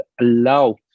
allow